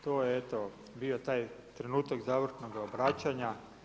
To je eto, bio taj trenutka završnoga obraćanja.